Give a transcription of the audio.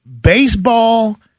baseball